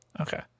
Okay